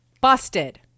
Busted